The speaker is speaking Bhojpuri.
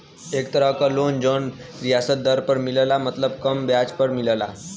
एक तरह क लोन जौन रियायत दर पर मिलला मतलब कम ब्याज पर मिलला